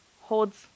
holds